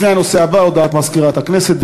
לפני הנושא הבא, הודעת מזכירת הכנסת.